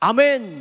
Amen